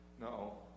No